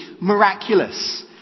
miraculous